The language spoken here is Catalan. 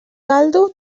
caldo